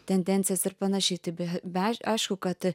tendencijas ir panašiai tai be be aišku kad